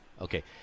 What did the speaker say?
okay